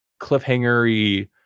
cliffhanger-y